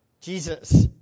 Jesus